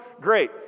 Great